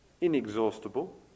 inexhaustible